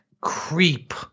creep